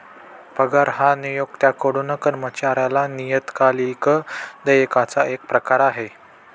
पगार हा नियोक्त्याकडून कर्मचाऱ्याला नियतकालिक देयकाचा एक प्रकार आहे